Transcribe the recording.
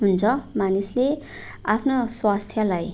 हुन्छ मानिसले आफ्ना स्वास्थ्यलाई